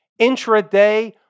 intraday